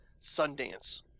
sundance